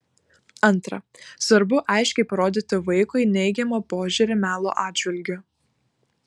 antra svarbu aiškiai parodyti vaikui neigiamą požiūrį melo atžvilgiu